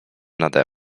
nade